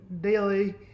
daily